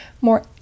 more